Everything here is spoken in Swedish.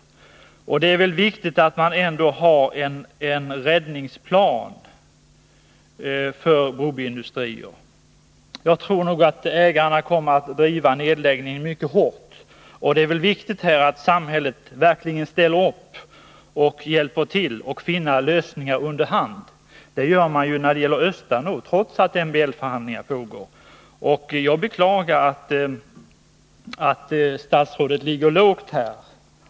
Det är med tanke på detta viktigt att man gör upp en räddningsplan för Broby industrier. Jag tror att ägarna kommer att driva nedläggningen mycket hårt, och det är viktigt att samhället verkligen ställer upp för att under hand finna lösningar på problemen. Det gör man ju när det gäller Östanå, trots att MBL förhandlingar pågår. Jag beklagar att statsrådet ligger lågt i detta sammanhang.